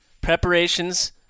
Preparations